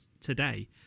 today